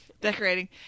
decorating